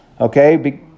Okay